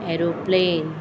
aeroplane